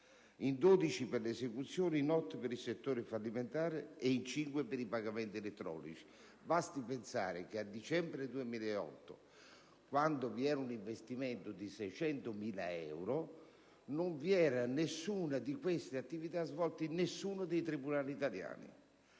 in 12 per l'esecuzione, in 8 per il settore fallimentare e in 5 per i pagamenti elettronici. Basti pensare che a dicembre 2008, a fronte di un investimento di 600.000 euro, non vi era alcuna di queste attività svolte in nessuno dei tribunali italiani.